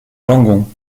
langon